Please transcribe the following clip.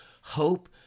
Hope